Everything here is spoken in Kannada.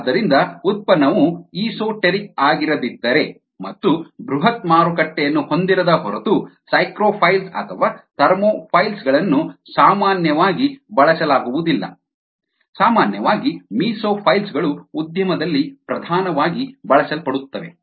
ಆದ್ದರಿಂದ ಉತ್ಪನ್ನವು ಈಸೋಟೆರಿಕ್ ಆಗಿರದಿದ್ದರೆ ಮತ್ತು ಬೃಹತ್ ಮಾರುಕಟ್ಟೆಯನ್ನು ಹೊಂದಿರದ ಹೊರತು ಸೈಕ್ರೊಫೈಲ್ಸ್ ಅಥವಾ ಥರ್ಮೋಫೈಲ್ ಗಳನ್ನು ಸಾಮಾನ್ಯವಾಗಿ ಬಳಸಲಾಗುವುದಿಲ್ಲ ಸಾಮಾನ್ಯವಾಗಿ ಮೀಸೋಫೈಲ್ಸ್ ಗಳು ಉದ್ಯಮದಲ್ಲಿ ಪ್ರಧಾನವಾಗಿ ಬಳಸಲ್ಪಡುತ್ತವೆ